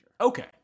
Okay